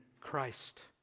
Christ